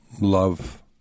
love